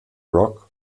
rock